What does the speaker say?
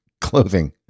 clothing